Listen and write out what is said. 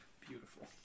beautiful